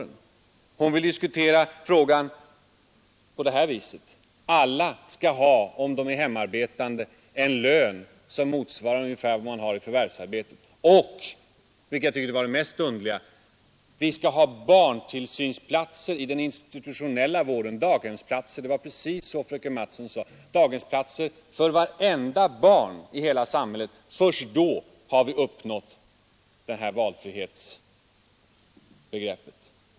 Hon vill i stället diskutera frågan på det här viset: Alla hemarbetande skall ha en lön som ungefär motsvarar vad de skulle få om de förvärvsarbetade och, vilket jag tycker var det mest underliga, vi skall ha barntillsynsplatser i den institutionella vården — daghemsplatser för vartenda barn i hela samhället. Det var precis så fröken Mattson sade. Först då har vi enligt henne uppnått full valfrihet.